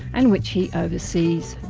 and which he oversees.